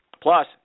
Plus